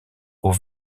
aux